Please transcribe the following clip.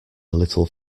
little